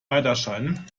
weiterscheinen